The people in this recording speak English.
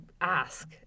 ask